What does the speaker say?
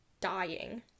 dying